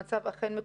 המצב אכן מקומם.